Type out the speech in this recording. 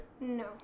No